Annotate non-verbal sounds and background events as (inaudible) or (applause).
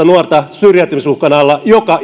(unintelligible) nuorta on syrjäytymisuhkan alla joka (unintelligible)